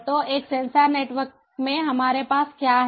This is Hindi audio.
तो एक सेंसर नेटवर्क में हमारे पास क्या है